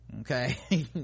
okay